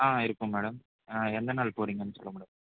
ஆ இருப்பேன் மேடம் எந்த நாள் போகிறிங்கன்னு சொல்லுங்கள்